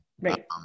right